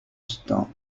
stand